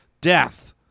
death